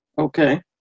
Okay